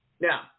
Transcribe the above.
Now